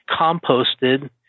composted